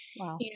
Wow